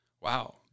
wow